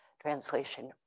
translation